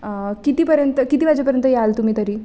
कितीपर्यंत किती वाजेपर्यंत याल तुम्ही तरी